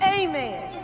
Amen